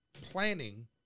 planning